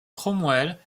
cromwell